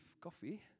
coffee